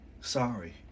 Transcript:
Sorry